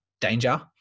danger